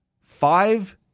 five